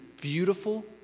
beautiful